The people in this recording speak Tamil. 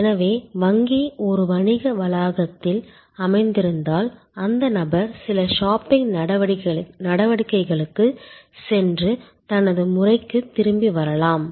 எனவே வங்கி ஒரு வணிக வளாகத்தில் அமைந்திருந்தால் அந்த நபர் சில ஷாப்பிங் நடவடிக்கைகளுக்குச் சென்று தனது முறைக்குத் திரும்பி வரலாம்